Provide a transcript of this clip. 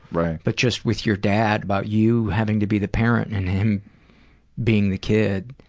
right. but just with your dad, about you having to be the parent and him being the kid.